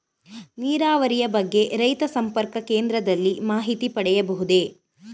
ನೀರಾವರಿಯ ಬಗ್ಗೆ ರೈತ ಸಂಪರ್ಕ ಕೇಂದ್ರದಲ್ಲಿ ಮಾಹಿತಿ ಪಡೆಯಬಹುದೇ?